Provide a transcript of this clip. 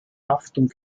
haftung